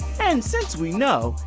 and since we know,